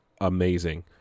amazing